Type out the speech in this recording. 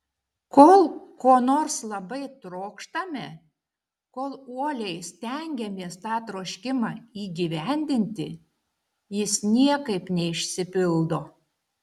kol ko nors labai trokštame kol uoliai stengiamės tą troškimą įgyvendinti jis niekaip neišsipildo